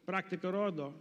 praktika rodo